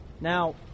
Now